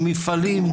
עם מפעלים,